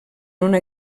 una